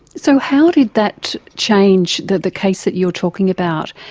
so how did that change, the the case that you're talking about,